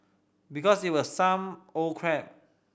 because it was some old crap